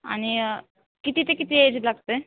आणि किती ते किती एज लागतं आहे